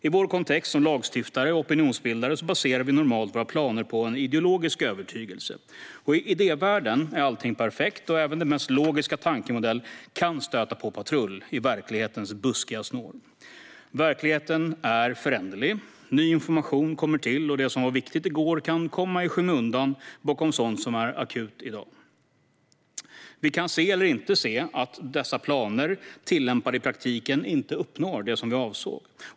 I vår kontext som lagstiftare och opinionsbildare baserar vi normalt våra planer på ideologisk övertygelse. I idévärlden är allt perfekt, men även den mest logiska tankemodell kan stöta på patrull i verklighetens buskiga snår. Verkligheten är föränderlig. Ny information kommer till, och det som var viktigt i går kan hamna i skymundan bakom sådant som är akut i dag. Vi kan se eller inte se att dessa planer tillämpade i praktiken inte uppnår det vi avsåg.